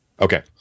Okay